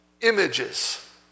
images